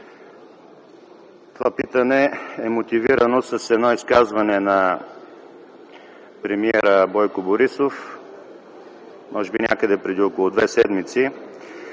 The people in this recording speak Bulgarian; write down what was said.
Това питане е мотивирано от едно изказване на премиера Бойко Борисов, може би някъде преди около две седмици,